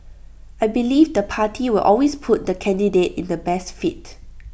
I believe the party will always put the candidate in the best fit